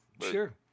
Sure